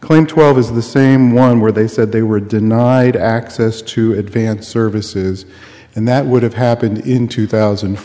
claim twelve is the same one where they said they were denied access to advance services and that would have happened in two thousand